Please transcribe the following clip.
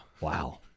Wow